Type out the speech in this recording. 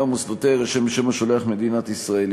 ומוסדותיה יירשם בשם השולח ”מדינת ישראל”.